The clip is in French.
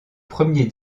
premier